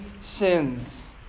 sins